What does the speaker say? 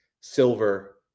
silver